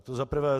To za prvé.